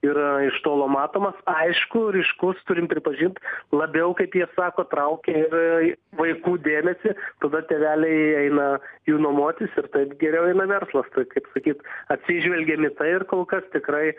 yra iš tolo matomas aišku ryškus turim pripažint labiau kaip jie sako traukia ir vaikų dėmesį tada tėveliai eina jų nuomotis ir taip geriau eina verslas tai kaip sakyt atsižvelgėm į tai ir kol kas tikrai